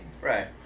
Right